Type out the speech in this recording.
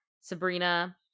Sabrina